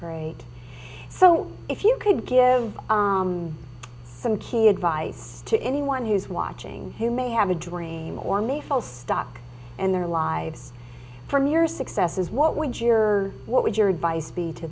great so if you could give some key advice to anyone who's watching who may have a dream or may feel stuck in their lives from your successes what would your what would your advice be to